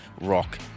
rock